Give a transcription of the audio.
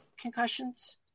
concussions